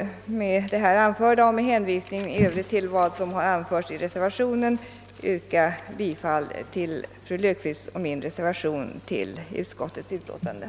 Med det sagda och med hänvisning till vad som anförts i motiveringen till reservationen ber jag att få yrka bifall till reservationen.